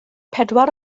pedwar